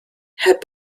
had